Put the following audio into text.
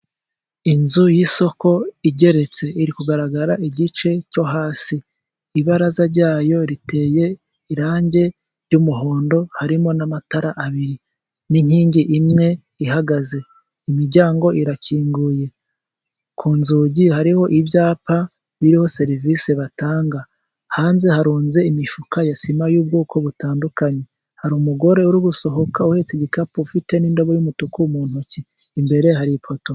Inzu y'isoko igeretse iri kugaragara igice cyo hasi. Ibaraza ryayo riteye irangi ry'umuhondo. Harimo n'amatara abiri n'inkingi imwe ihagaze. Imiryango irakinguye, ku nzugi hariho ibyapa biriho serivisi batanga. Hanze harunze imifuka ya sima y'ubwoko butandukanye. Hari umugore uri gusohoka uhetse igikapu, ufite n'indobo y'umutuku mu ntoki. Imbere hari ipoto.